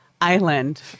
Island